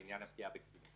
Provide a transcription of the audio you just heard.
לעניין הפגיעה בקטינים